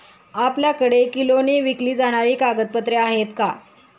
आपल्याकडे किलोने विकली जाणारी कागदपत्रे आहेत का?